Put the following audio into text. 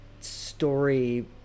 story